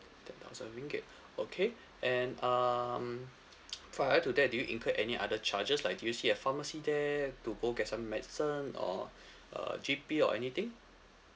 ten thousand ringgit okay and um prior to that did you incur any other charges like did you see a pharmacy there to go get some medicine or a G_P or anything